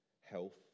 health